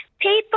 People